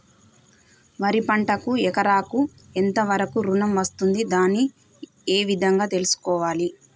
వరి పంటకు ఎకరాకు ఎంత వరకు ఋణం వస్తుంది దాన్ని ఏ విధంగా తెలుసుకోవాలి?